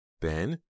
Ben